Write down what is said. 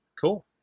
Cool